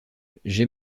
j’ai